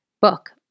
book